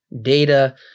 Data